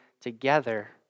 together